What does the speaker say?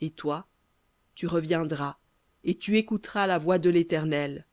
et toi tu reviendras et tu écouteras la voix de l'éternel